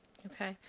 okay.